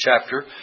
chapter